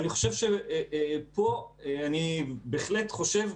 פה אני בהחלט חושב,